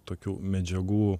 tokių medžiagų